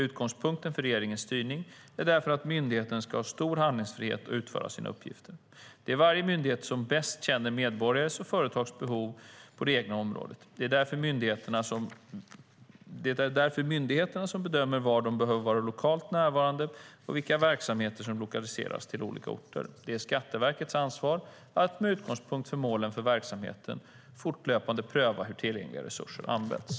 Utgångspunkt för regeringens styrning är därför att myndigheterna ska ha stor handlingsfrihet att utföra sina uppgifter. Det är varje myndighet som bäst känner medborgares och företags behov på det egna området. Det är därför myndigheterna som bedömer var de behöver vara lokalt närvarande och vilka verksamheter som lokaliseras till olika orter. Det är Skatteverkets ansvar att, med utgångspunkt i målen för verksamheten, fortlöpande pröva hur tillgängliga resurser används.